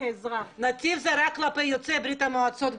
כאזרח --- נתיב זה רק כלפי יוצאי ברית המועצות,